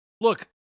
Look